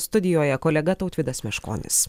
studijoje kolega tautvydas meškonis